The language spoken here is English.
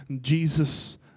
Jesus